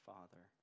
Father